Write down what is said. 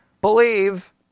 believe